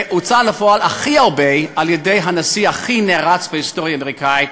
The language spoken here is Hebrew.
והוצא לפועל הכי הרבה על-ידי הנשיא הכי נערץ בהיסטוריה האמריקנית,